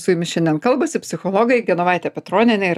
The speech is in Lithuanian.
su jumis šiandien kalbasi psichologai genovaitė petronienė ir